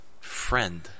Friend